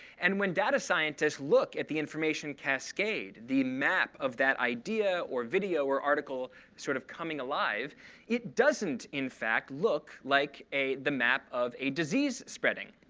and when data scientists look at the information cascade the map of that idea or video or article sort of coming alive it doesn't, in fact, look like the map of a disease spreading.